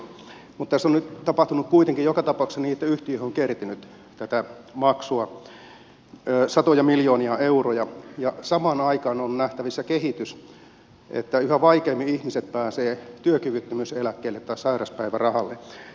mutta tässä on nyt tapahtunut kuitenkin joka tapauksessa niin että yhtiöihin on kertynyt tätä maksua satoja miljoonia euroja ja samaan aikaan on nähtävissä kehitys että yhä vaikeammin ihmiset pääsevät työkyvyttömyyseläkkeelle tai sairauspäivärahalle